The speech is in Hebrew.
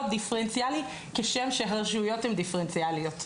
דיפרנציאלי גשם שהרשויות הן דיפרנציאליות.